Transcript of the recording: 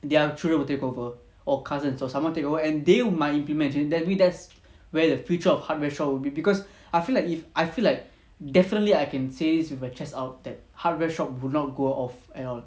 their children will take over or cousins or someone take over and they might implement that change maybe that's where the future of hardware shop will be because I feel like if I feel like definitely I can say this with a chest out that hardware shop would not go off at all